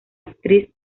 actriz